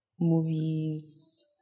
movies